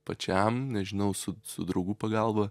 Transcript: pačiam nežinau su draugų pagalba